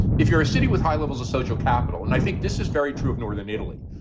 if you're a city with high levels of social capital and i think this is very true of northern italy,